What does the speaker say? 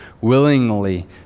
willingly